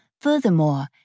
Furthermore